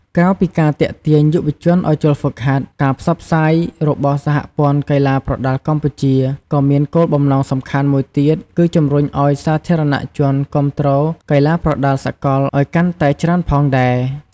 ក្រៅពីការទាក់ទាញយុវជនឲ្យចូលហ្វឹកហាត់ ការផ្សព្វផ្សាយរបស់សហព័ន្ធកីឡាប្រដាល់កម្ពុជា ក៏មានគោលបំណងសំខាន់មួយទៀតគឺជំរុញឲ្យសាធារណជនគាំទ្រកីឡាប្រដាល់សកលឲ្យកាន់តែច្រើនផងដែរ។